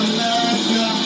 America